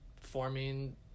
forming